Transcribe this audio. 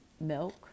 milk